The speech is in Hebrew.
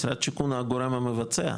משרד השיכון הגורם המבצע,